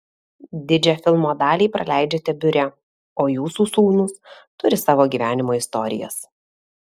didžią filmo dalį praleidžiate biure o jūsų sūnūs turi savo gyvenimo istorijas